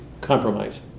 compromise